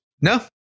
No